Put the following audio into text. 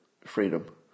freedom